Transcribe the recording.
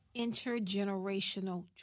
intergenerational